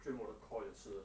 最后 the core 也是